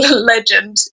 legend